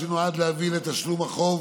מיוחד, שנועד להביא לתשלום החוב